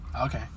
okay